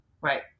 right